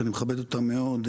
שאני מכבד אותם מאוד,